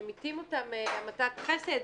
ממיתים אותם המתת חסד?